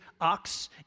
ox